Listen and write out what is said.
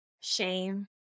shame